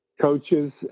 coaches